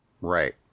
Right